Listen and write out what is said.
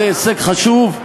זה הישג חשוב?